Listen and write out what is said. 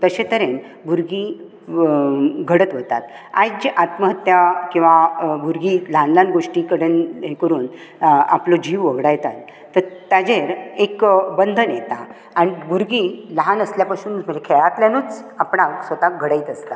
तशें तरेन भुरगीं घडत वतात आयज आत्महत्या किंवा भुरगीं ल्हान ल्हान गोष्टी कडेन हे करून आपलो जीव वगडायतात ताचेर एक बंधन येता आनी भुरगीं ल्हान आसल्या पासून खेळांतल्यानूच आपणाक स्वताक घडयत आसतात